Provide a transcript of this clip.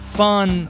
fun